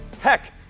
Heck